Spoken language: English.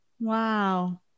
Wow